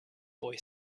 boy